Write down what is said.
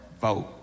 vote